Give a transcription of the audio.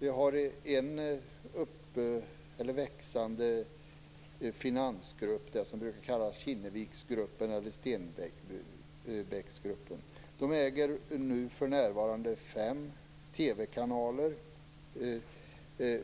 Vi har en växande finansgrupp, den som brukar kallas Kinnevikgruppen eller Stenbeckgruppen, som för närvarande äger fem TV-kanaler